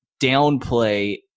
downplay